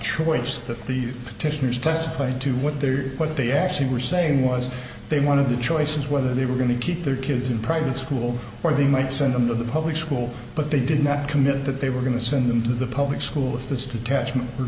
choice that the petitioners testified to what their what they actually were saying was they one of the choices whether they were going to keep their kids in private school or they might send them to the public school but they did not commit that they were going to send them to the public school with this detachment for